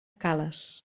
cales